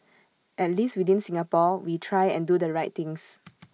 at least within Singapore we try and do the right things